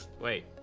Wait